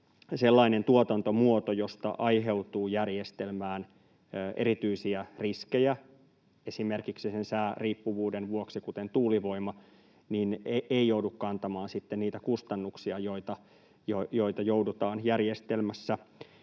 sellainen tuotantomuoto, josta aiheutuu järjestelmään erityisiä riskejä esimerkiksi sen sääriippuvuuden vuoksi, kuten tuulivoima, ei joudu kantamaan niitä kustannuksia, joita joudutaan järjestelmässä